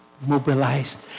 mobilized